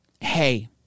hey